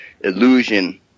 illusion